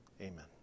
Amen